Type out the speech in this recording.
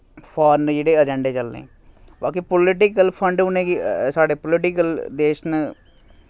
foreign जेह्ड़े अजैंडे चलने बाकी पोलिटिकल फंड उ'नेंगी साढ़े पोलिटिकल देश न